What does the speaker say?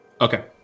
Okay